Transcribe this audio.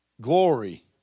glory